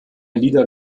lieder